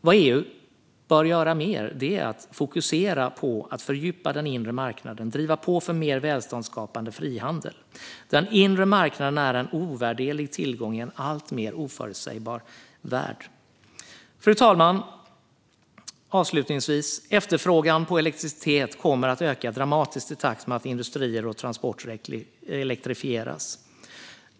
Vad EU mer bör göra är att fokusera på att fördjupa den inre marknaden och driva på för mer välståndsskapande frihandel. Den inre marknaden är en ovärderlig tillgång i en alltmer oförutsägbar värld. Fru talman! Avslutningsvis: Efterfrågan på elektricitet kommer att öka dramatiskt i takt med att industrier och transporter elektrifieras.